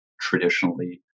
traditionally